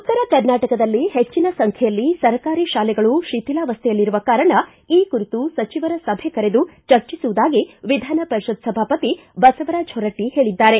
ಉತ್ತರ ಕರ್ನಾಟಕದಲ್ಲಿ ಹೆಚ್ಚಿನ ಸಂಖ್ಯೆಯಲ್ಲಿ ಸರ್ಕಾರಿ ತಾಲೆಗಳು ಶಿಥಿಲಾವಸೈಯಲ್ಲಿರುವ ಕಾರಣ ಈ ಕುರಿತು ಸಚಿವರ ಸಭೆ ಕರೆದು ಚರ್ಚಿಸುವುದಾಗಿ ವಿಧಾನ ಪರಿಷತ್ ಸಭಾಪತಿ ಬಸವರಾಜ ಹೊರಟ್ಟ ಹೇಳಿದ್ದಾರೆ